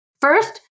First